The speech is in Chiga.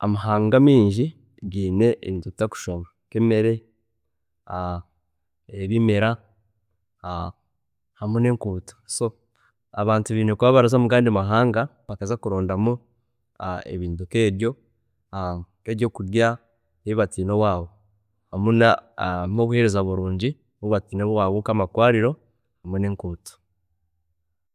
amahanga mingi geine ebintu bitakuhsushana nka emere, ebimera hamwe nenkuuto, so abantu baine kuba baraza mugandi mahanga bakaza kurondamu ebintu nkebye nkebyokurya ebi bataine hamwe na nobuheereza burungi obu bataine owaabo nkamarwaariro hamwe n'enkuuto.